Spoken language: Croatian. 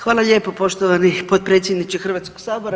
Hvala lijepo poštovani potpredsjedniče Hrvatskog sabora.